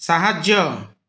ସାହାଯ୍ୟ